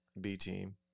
B-team